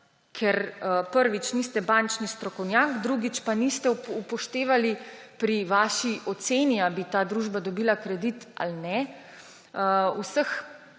Ker, prvič, niste bančni strokovnjak, drugič pa niste upoštevali pri svoji oceni, ali bi ta družba dobila kredit ali ne, vseh